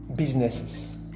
businesses